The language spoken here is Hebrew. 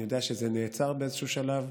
אני יודע שזה נעצר באיזשהו שלב.